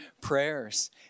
prayers